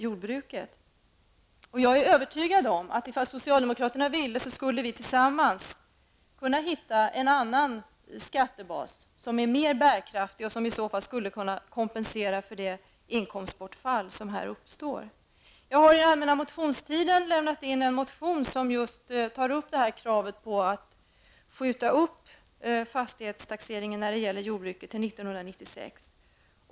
Jag är övertygad att om socialdemokraterna ville skulle vi kunna tillsammans kunna finna en skattebas som är mer bärkraftig och som skulle kunna kompensera för det inkomstbortfall som här uppstår. Jag har under den allmänna motionstiden väckt en motion som just tar upp kravet på att skjuta upp fastighetstaxeringen när det gäller jordbruket till 1996.